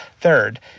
Third